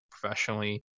professionally